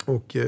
Och